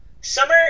summer